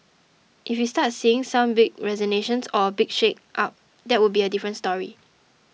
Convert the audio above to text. if we start seeing some big resignations or big shake up that would be a different story